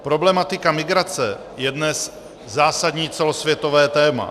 Problematika migrace je dnes zásadní celosvětové téma.